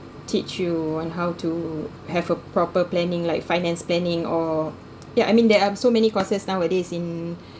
teach you on how to have a proper planning like finance planning or yeah I mean there are so many courses nowadays in